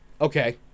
okay